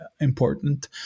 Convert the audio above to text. important